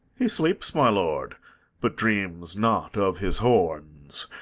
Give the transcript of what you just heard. he sleeps, my lord but dreams not of his horns.